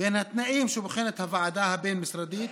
בין התנאים שבוחנת הוועדה הבין-משרדית